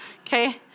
Okay